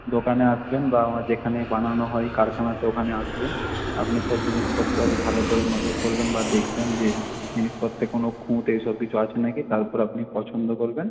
দোকানে আসবেন বা আমার যেখানে বানানো হয় কারখানাতে ওখানে আসবেন আপনি সব জিনিসপত্র আগে ভালো করে নজর করবেন বা দেখবেন যে জিনিসপত্রে কোনো খুঁত এই সব কিছু আছে না কি তারপর আপনি পছন্দ করবেন